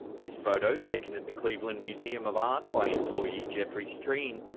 this photo taken at the cleveland museum of art by employee jeffrey strean,